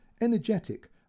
energetic